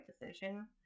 decision